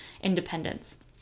independence